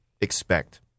expect